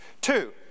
Two